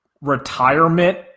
retirement